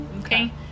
Okay